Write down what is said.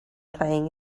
playing